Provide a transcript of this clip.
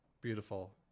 beautiful